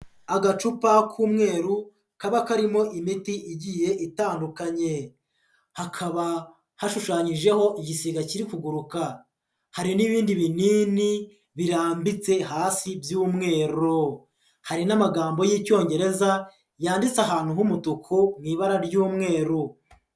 Agacupa k'umweru kaba karimo imiti igiye itandukanye, hakaba hashushanyijeho igisiga kiri kuguruka, hari n'ibindi binini birambitse hasi by'umweru, hari n'amagambo y'Icyongereza yanditse ahantu h'umutuku mu ibara ry'umweru.